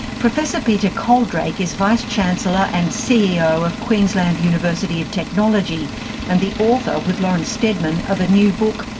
professor peter coaldrake is vice chancellor and ceo of queensland university of technology and the author, with lawrence stedman, of a new book,